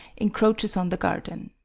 encroaches on the garden.